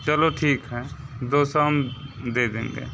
चलो ठीक है दो सौ हम दे देंगे